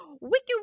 wiki